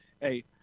hey